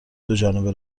دوجانبه